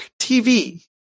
TV